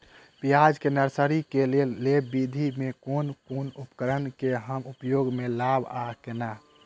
प्याज केँ नर्सरी केँ लेल लेव विधि म केँ कुन उपकरण केँ हम उपयोग म लाब आ केना?